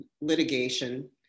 litigation